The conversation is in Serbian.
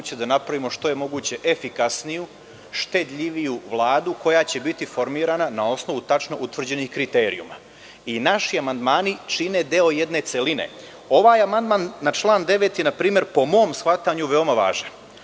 da napravimo što je moguće efikasniju, štedljiviju Vladu koja će biti formirana na osnovu tačno utvrđenih kriterijuma. Naši amandmani čine deo jedne celine. Ovaj amandman na član 9. je, npr, po mom shvatanju, veoma važan.